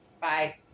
Bye